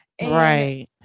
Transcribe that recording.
Right